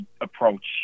approach